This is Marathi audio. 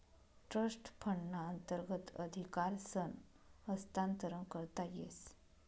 ट्रस्ट फंडना अंतर्गत अधिकारसनं हस्तांतरण करता येस